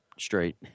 straight